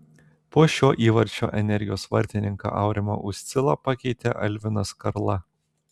po šio įvarčio energijos vartininką aurimą uscilą pakeitė elvinas karla